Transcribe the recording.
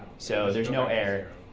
so there's no error.